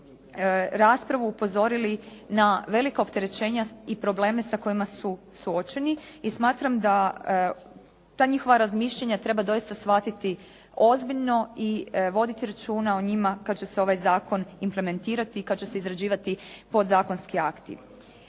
raspravu upozorili na velika opterećenja i probleme sa kojima su suočeni i smatram da ta njihova razmišljanja treba doista shvatiti ozbiljno i voditi računa o njima kad će se ovaj zakon implementirati i kad se izrađivati podzakonski akti.